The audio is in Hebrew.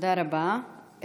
תודה רבה.